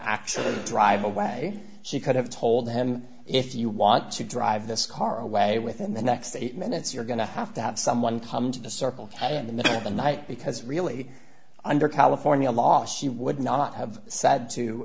actually drive away she could have told him if you want to drive this car away within the next eight minutes you're going to have to have someone come to the circle in the middle of the night because really under california law she would not have said to